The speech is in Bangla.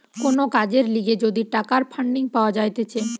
কোন কাজের লিগে যদি টাকার ফান্ডিং পাওয়া যাইতেছে